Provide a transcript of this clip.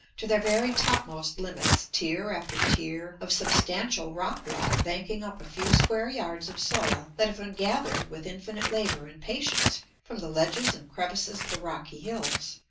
to their very topmost limits, tier after tier of substantial rock wall banking up a few square yards of soil that have been gathered with infinite labor and patience from the ledges and crevices of the rocky hills.